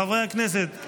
חברי הכנסת,